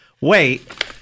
Wait